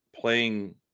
playing